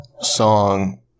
song